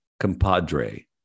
Compadre